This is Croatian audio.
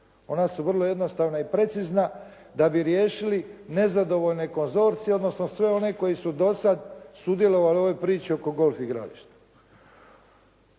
Ona su vrlo jednostavna i precizna da bi riješili nezadovoljne konzorcije, odnosno sve one koji su do sada sudjelovali u ovoj priči oko golf igrališta.